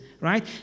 right